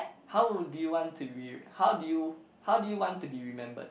how do you want to be how do you how do you want to be remembered